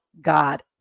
God